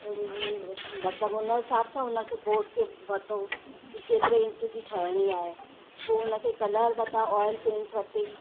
मतिलबु हुन हिसाब सां हुन खे बोर्ड खे वरितो की केतिरे इंच जी ठाहिणी आहे पोइ हुन खे कलर वरिता ऑयल पेंट वरिती